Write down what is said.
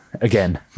again